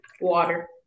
Water